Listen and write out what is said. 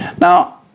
Now